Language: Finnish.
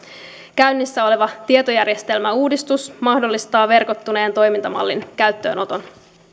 käynnissä oleva tietojärjestelmäuudistus mahdollistaa verkottuneen toimintamallin käyttöönoton